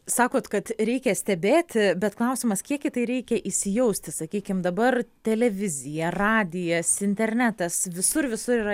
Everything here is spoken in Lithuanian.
sakot kad reikia stebėti bet klausimas kiek į tai reikia įsijausti sakykim dabar televizija radijas internetas visur visur yra